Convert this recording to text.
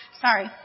Sorry